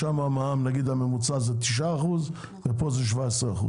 שם נגיד הממוצע הוא 9% ופה הוא 17%?